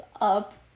up